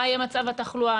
מה יהיה מצב התחלואה,